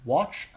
Watch